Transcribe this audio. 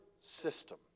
system